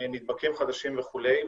נדבקים חדשים וכולי,